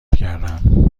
کردم